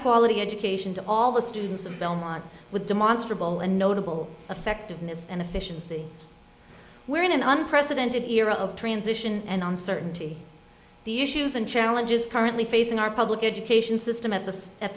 quality education to all the students of belmont with the monster ball and notable effectiveness and efficiency where in an unprecedented era of transition and on certainty the issues and challenges currently facing our public education system at the at